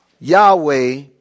Yahweh